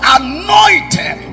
anointed